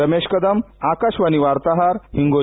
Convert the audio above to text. रमेश कदम आकाशवाणी वार्ताहर हिंगोली